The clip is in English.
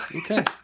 Okay